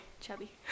chubby